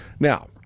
Now